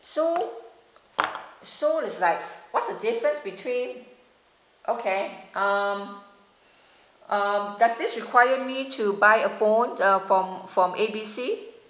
so so is like what's the difference between okay um um does this require me to buy a phone uh from from A B C